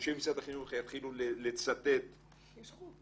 אנשי משרד החינוך יתחילו לצטט, יש חוק.